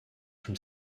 from